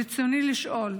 רצוני לשאול: